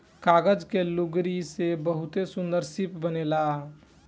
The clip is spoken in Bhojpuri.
कागज के लुगरी से बहुते सुन्दर शिप बनेला